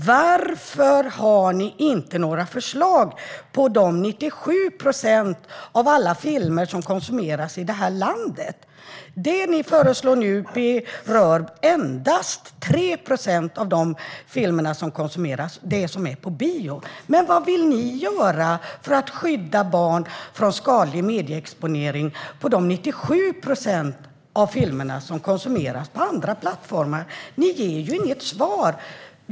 Varför har ni inte några förslag för de övriga 97 procent filmer som konsumeras i landet? Det ni föreslår nu berör endast 3 procent av de filmer som konsumeras, det vill säga de som finns på bio. Vad vill ni göra för att skydda barn från skadlig medieexponering för de 97 procent filmer som konsumeras på andra plattformar? Ni ger inget svar.